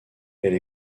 elle